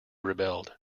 rebelled